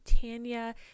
Tanya